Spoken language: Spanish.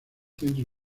centro